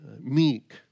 meek